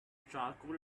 charcoal